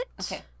Okay